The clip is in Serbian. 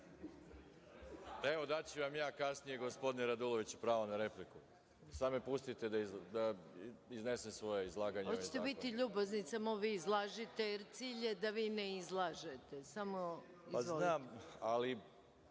daću vam ja kasnije, gospodine Raduloviću, pravo na repliku. Sada me pustite da iznesem svoje izlaganje. **Maja Gojković** Hoćete biti ljubazni, samo vi izlažite, jer cilj je da vi ne izlažete. Znam, ali